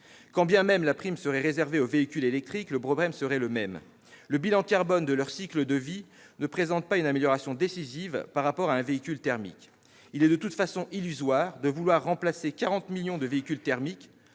Quand bien même la prime serait réservée aux véhicules électriques, le problème serait le même, le bilan carbone de leur cycle de vie ne présentant pas une amélioration décisive par rapport à un véhicule thermique. Il est de toute façon illusoire de vouloir remplacer 40 millions de véhicules thermiques